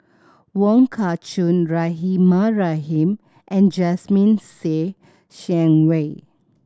Wong Kah Chun Rahimah Rahim and Jasmine Ser Xiang Wei